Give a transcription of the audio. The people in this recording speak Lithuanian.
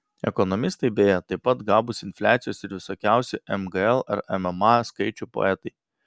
ekonomistai beje taip pat gabūs infliacijos ir visokiausių mgl ar mma skaičių poetai